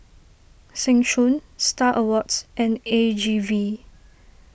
Seng Choon Star Awards and A G V